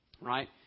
Right